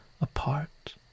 apart